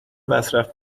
مصرف